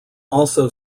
also